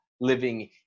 living